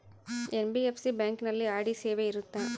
NBFC ಬ್ಯಾಂಕಿನಲ್ಲಿ RD ಸೇವೆ ಇರುತ್ತಾ?